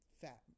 fat